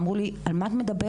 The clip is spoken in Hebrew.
אמרו לי על מה את מדברת?